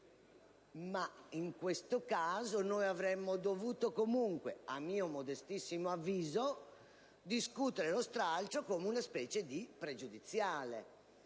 Ma in questo caso, noi avremmo dovuto comunque, a mio modestissimo avviso, discutere lo stralcio come una specie di questione pregiudiziale.